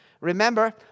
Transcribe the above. Remember